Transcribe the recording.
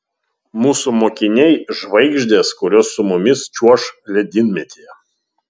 mūsų mokiniai žvaigždės kurios su mumis čiuoš ledynmetyje